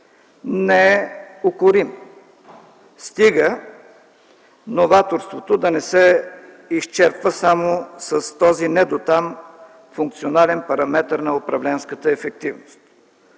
не е укорим, стига новаторството да не се изчерпва само с този недотам функционален параметър на управленската ефективност.